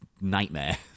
nightmare